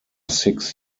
six